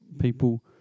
people